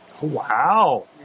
Wow